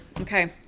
Okay